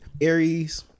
Aries